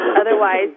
Otherwise